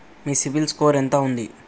మీ CIBIL score ఎంత ఉంది?